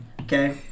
okay